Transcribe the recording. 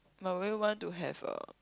but will you want to have a